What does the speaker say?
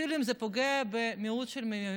אפילו אם זה פוגע במיעוט של מיעוט,